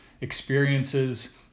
experiences